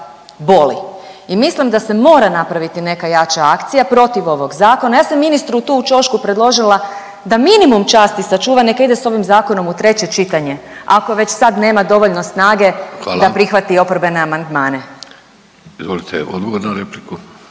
boli i mislim da se mora napraviti neka jača akcija protiv ovog Zakona. Ja sam ministru tu u ćošku predložila da minimum časti sačuva, neka ide s ovim zakonom u treće čitanje, ako već sad nema dovoljno snage da prihvati … .../Upadica: Hvala. /...